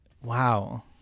Wow